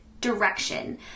direction